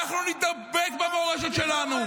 אנחנו נתאבד במורשת שלנו,